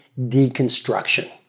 Deconstruction